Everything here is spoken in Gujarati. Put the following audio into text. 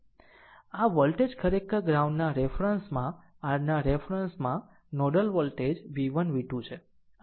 આમ આ વોલ્ટેજ ખરેખર ગ્રાઉન્ડના રેફરન્સ માં rના રેફરન્સ માં નોડલ વોલ્ટેજ v1 v2 છે